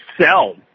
sell